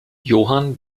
johann